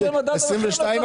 אני גם הבאתי נתונים.